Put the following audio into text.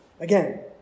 Again